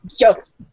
jokes